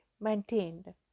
maintained